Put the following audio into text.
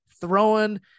throwing